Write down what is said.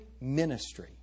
ministry